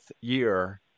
year